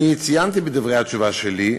אני ציינתי בדברי התשובה שלי,